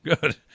good